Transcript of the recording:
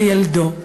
לילדו.